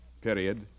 Period